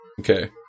Okay